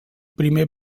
primer